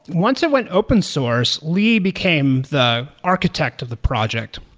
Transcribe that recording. once it went open source, lee became the architect of the project,